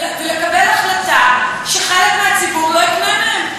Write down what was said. ולקבל החלטה שחלק מהציבור לא יקנה מהן,